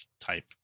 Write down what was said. type